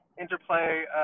interplay